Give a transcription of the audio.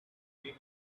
make